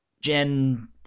gen